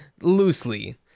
Loosely